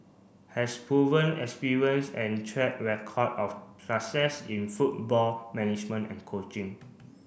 has proven experience and track record of success in football management and coaching